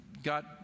got